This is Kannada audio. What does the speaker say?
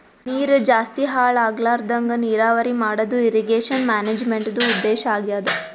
ನೀರ್ ಜಾಸ್ತಿ ಹಾಳ್ ಆಗ್ಲರದಂಗ್ ನೀರಾವರಿ ಮಾಡದು ಇರ್ರೀಗೇಷನ್ ಮ್ಯಾನೇಜ್ಮೆಂಟ್ದು ಉದ್ದೇಶ್ ಆಗ್ಯಾದ